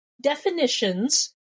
definitions